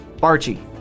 Archie